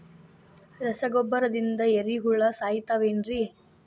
ರಸಗೊಬ್ಬರದಿಂದ ಏರಿಹುಳ ಸಾಯತಾವ್ ಏನ್ರಿ?